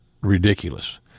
ridiculous